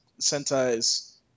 Sentai's